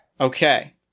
okay